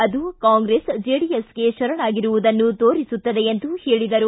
ಅದು ಕಾಂಗ್ರೆಸ್ ಜೆಡಿಎಸ್ಗೆ ಶರಣಾಗಿರುವುದನ್ನು ತೋರಿಸುತ್ತದೆ ಎಂದರು